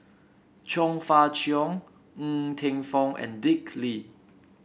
Chong Fah Cheong Ng Teng Fong and Dick Lee